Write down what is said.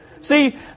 See